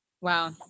wow